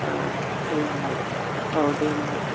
औ दे होनबालाय